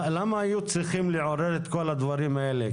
למה היו צריכים לעורר את כל הדברים האלה?